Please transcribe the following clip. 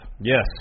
Yes